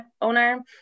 owner